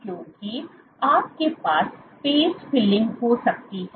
क्योंकि आपके पास स्पेस फिलिंग हो सकती है